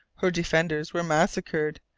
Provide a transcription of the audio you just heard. her defenders were massacred,